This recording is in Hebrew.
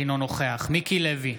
אינו נוכח מיקי לוי,